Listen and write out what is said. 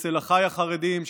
אצל אחיי החרדים,